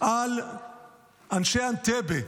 על אנשי אנטבה,